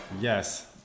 Yes